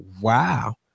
wow